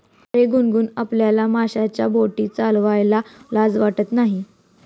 अरे गुनगुन, आपल्याला माशांच्या बोटी चालवायला लाज वाटत नाही